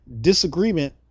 Disagreement